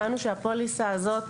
הבנו שהפוליסה הזאת,